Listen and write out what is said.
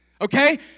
okay